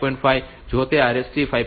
5 જો તે RST 5